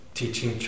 teaching